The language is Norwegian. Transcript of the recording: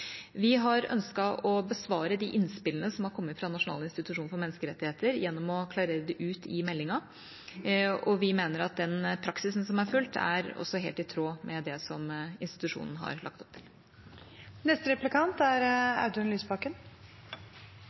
Vi har ønsket å besvare de innspillene som er kommet fra Norges institusjon for menneskerettigheter, gjennom å klarere det ut i meldinga, og vi mener at den praksisen som er fulgt, er helt i tråd med det som institusjonen har lagt opp til. Det var prisverdig at regjeringen stoppet eksport til Saudi-Arabia og Emiratene, men likevel er